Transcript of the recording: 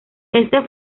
este